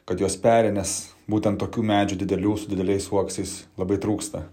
kad jos peri nes būtent tokių medžių didelių su dideliais uoksais labai trūksta